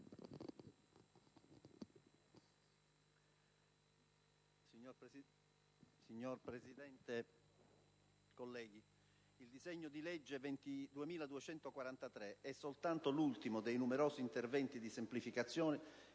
Signor Presidente, onorevoli colleghi, il disegno di legge n. 2243 è soltanto l'ultimo dei numerosi interventi di semplificazione